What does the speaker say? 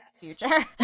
future